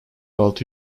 altı